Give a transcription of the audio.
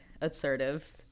assertive